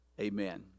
amen